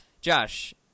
Josh